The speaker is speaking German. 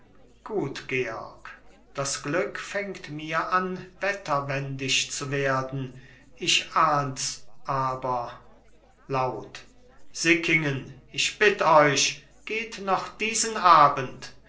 gut georg das glück fängt mir an wetterwendisch zu werden ich ahnt's aber laut sickingen ich bitt euch geht noch diesen abend